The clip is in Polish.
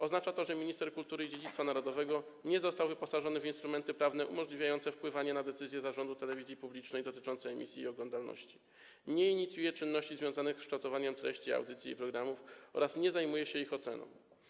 Oznacza to, że minister kultury i dziedzictwa narodowego nie został wyposażony w instrumenty prawne umożliwiające wpływanie na decyzję zarządu telewizji publicznej dotyczącą emisji i oglądalności, nie inicjuje czynności związanych z kształtowaniem treści audycji i programów oraz nie zajmuje się ich oceną.